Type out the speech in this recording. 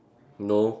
no